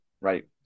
right